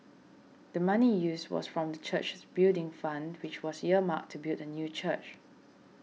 the money used was from the church's Building Fund which was earmarked to build a new church